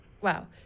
wow